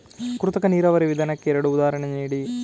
ಕೃತಕ ನೀರಾವರಿ ವಿಧಾನಕ್ಕೆ ಎರಡು ಉದಾಹರಣೆ ನೀಡಿ?